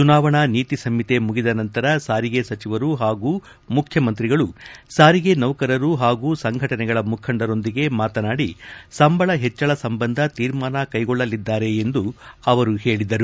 ಚುನಾವಣೆ ನೀತಿ ಸಂಹಿತೆ ಮುಗಿದ ನಂತರ ಸಾರಿಗೆ ಸಚಿವರು ಹಾಗೂ ಮುಖ್ಯಮಂತ್ರಿಗಳು ಸಾರಿಗೆ ನೌಕರರು ಹಾಗೂ ಸಂಘಟನೆಗಳ ಮುಖಂಡರೊಂದಿಗೆ ಮಾತನಾಡಿಸಂಬಳ ಹೆಚ್ಚಳ ಸಂಬಂಧ ತೀರ್ಮಾನ ಕೈಗೊಳ್ಳಲಿದ್ದಾರೆ ಎಂದು ಅವರು ಹೇಳಿದರು